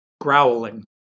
growling